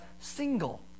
single